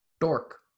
dork